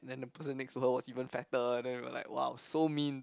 and then the person next to her was even fatter then we're like !wow! so mean